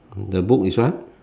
the book is what